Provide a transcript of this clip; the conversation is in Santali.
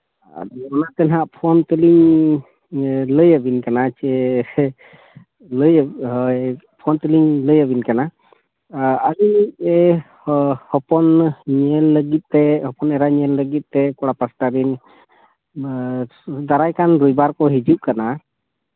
ᱚᱱᱟ ᱛᱮ ᱦᱟᱸᱜ ᱯᱷᱳᱱ ᱛᱮᱞᱤᱧ ᱞᱟᱹᱭ ᱟᱹᱵᱤᱱ ᱠᱟᱱᱟ ᱡᱮ ᱞᱟᱹᱭ ᱦᱳᱭ ᱯᱷᱳᱱ ᱛᱮᱞᱤᱧ ᱞᱟᱹᱭ ᱟᱹᱵᱤᱱ ᱠᱟᱱᱟ ᱟᱹᱰᱤ ᱦᱚᱯᱚᱱ ᱧᱮᱧᱮᱞ ᱞᱟᱹᱜᱤᱫ ᱛᱮ ᱦᱚᱯᱚᱱ ᱮᱨᱟ ᱧᱮᱞ ᱞᱟᱹᱜᱤᱫ ᱛᱮ ᱠᱚᱲᱟ ᱯᱟᱥᱴᱟ ᱨᱤᱱ ᱫᱟᱨᱟᱭᱠᱟᱱ ᱨᱳᱵᱤᱵᱟᱨ ᱠᱚ ᱦᱤᱡᱩᱜ ᱠᱟᱱᱟ